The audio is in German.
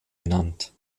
benannt